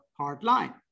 hardline